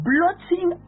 Blotting